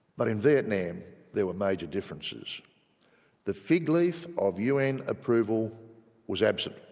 but in vietnam there were major differences the fig-leaf of un approval was absent